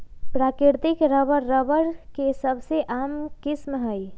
प्राकृतिक rubber, rubber के सबसे आम किस्म हई